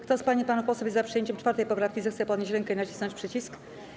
Kto z pań i panów posłów jest za przyjęciem 4. poprawki, zechce podnieść rękę i nacisnąć przycisk.